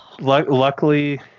luckily